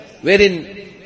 wherein